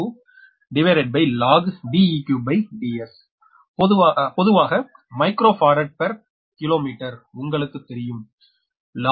0242logDeqDs பொதுவாக microfarad per kilometre உங்களுக்கு தெரியும் logDr